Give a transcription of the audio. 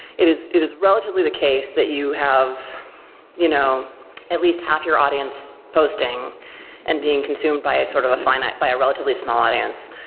it is it is relatively the case that you have you know at least half your audience posting and being consumed by sort of a finite by a relatively small audience.